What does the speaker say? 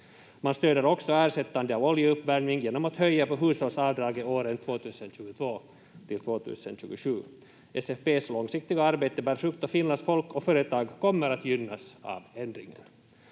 Man stödjer också ersättande av oljeuppvärmning genom att höja på hushållsavdraget åren 2022— 2027. SFP:s långsiktiga arbete bär frukt och Finlands folk och företag kommer att gynnas av ändringen.